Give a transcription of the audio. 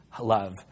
love